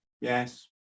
Yes